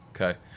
Okay